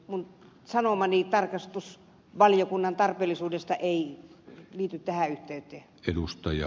minun sanomani tarkastusvaliokunnan tarpeellisuudesta ei liity tähän yhteyteen